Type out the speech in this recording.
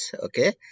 okay